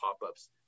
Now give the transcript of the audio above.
pop-ups